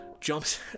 jumps